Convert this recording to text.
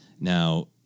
Now